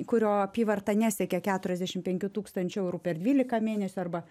kurio apyvarta nesiekia keturiasdešimt penkių tūkstančių eurų per dvylika mėnesių arba